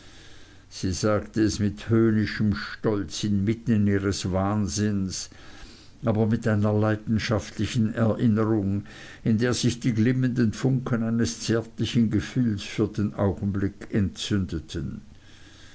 sie sagte es mit höhnischem stolz inmitten ihres wahnsinns aber mit einer leidenschaftlichen erinnerung in der sich die glimmenden funken eines zärtlichen gefühls für den augenblick entzündeten